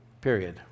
Period